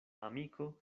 amiko